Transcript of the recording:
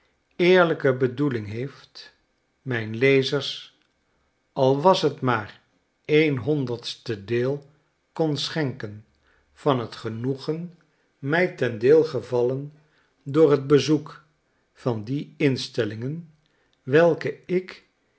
eerlijke bedoeling heeft mijn lezers al was t maar n honderdste deel kon schenken van t genoegen mij ten deel gevallen door t bezoek van die instellingen welkeikin de